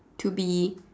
to be